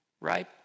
right